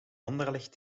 anderlecht